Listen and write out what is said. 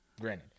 Granted